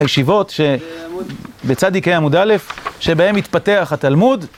ישיבות שב-צ"ה עמוד א', שבהן מתפתח התלמוד